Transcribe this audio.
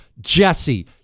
Jesse